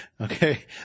Okay